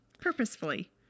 Purposefully